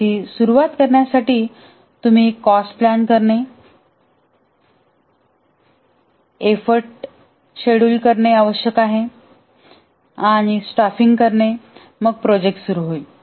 त्याची सुरवात करण्यासाठी तुम्ही कॉस्ट प्लॅन करणे एफर्ट शेड्युल करणे आवश्यक आहे आणि स्टाफिंग करा मग प्रोजेक्ट सुरू होईल